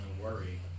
worry